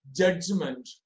judgment